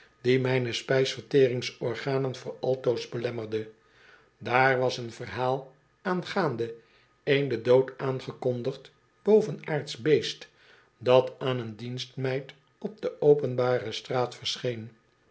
die mijne spijsverteringsorganen voor altoos belemmerde daar was een verhaal aangaande een den dood aankondigend bovenaardsch beest dat aan een dienstmeid op de openbare straat verscheen